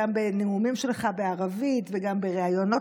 גם בנאומים שלך בערבית וגם בראיונות